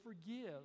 forgive